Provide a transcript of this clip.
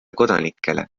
kodanikele